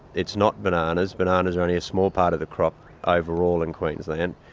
it's not bananas. bananas are only a small part of the crop overall in queensland.